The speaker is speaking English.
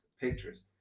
pictures